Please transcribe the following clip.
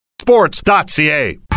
Sports.ca